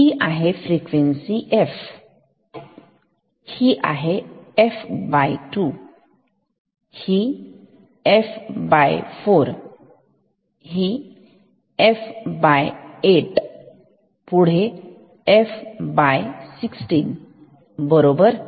ही आहे frequency f ही आहे f2 हे आहे f4 हे आहे f8 हे आहे f16 बरोबर